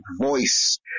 voice